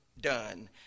done